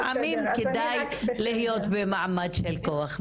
לפעמים כדאי להיות במעמד של כוח,